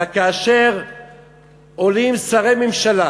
אבל כאשר עולים שרי ממשלה